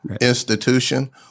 institution